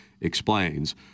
explains